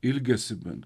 ilgesį bent